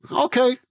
Okay